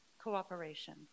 cooperation